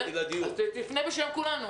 תפנה בשם כולנו.